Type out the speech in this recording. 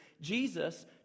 Jesus